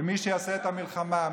ומי שיעשה את המלחמה,